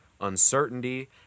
uncertainty